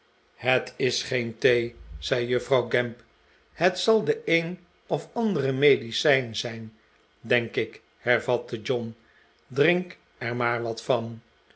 het is geen thee zei juffrouw gamp het zal de een of andere medicijn zijn denk ik hervatte john drink er maar wat van